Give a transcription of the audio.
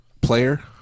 player